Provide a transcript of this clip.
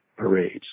Parades